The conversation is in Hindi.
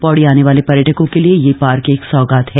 पौड़ी आने वाले पर्यटकों के लिए यह पार्क एक सौगात है